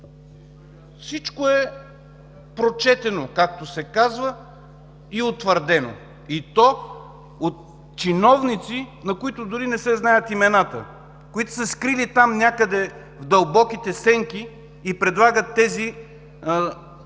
всичко е прочетено, както се казва, и утвърдено. И то от чиновници, на които дори не се знаят имената, които са се скрили там някъде в дълбоките сенки и предлагат тези